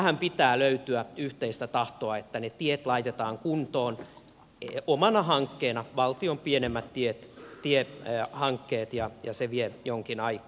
tähän pitää löytyä yhteistä tahtoa että ne tiet laitetaan kuntoon omana hankkeenaan valtion pienemmät tiehankkeet ja se vie jonkin aikaa